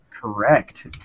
Correct